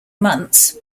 months